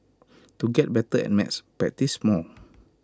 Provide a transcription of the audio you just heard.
to get better at maths practise more